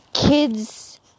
Kids